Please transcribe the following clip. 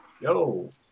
Yo